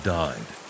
died